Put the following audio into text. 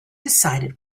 decided